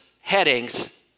headings